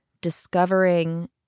discovering